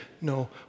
no